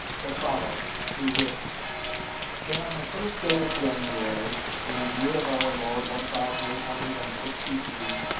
the following, to-wit that on the first day of january, in the year of our lord one thousand eight hundred and sixty-three,